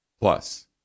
Plus